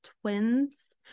twins